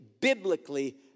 biblically